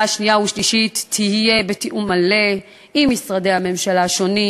שנייה ושלישית בתיאום מלא עם משרדי הממשלה השונים,